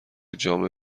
جامع